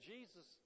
Jesus